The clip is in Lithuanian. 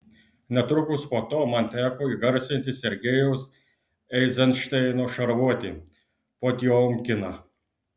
netrukus po to man teko įgarsinti sergejaus eizenšteino šarvuotį potiomkiną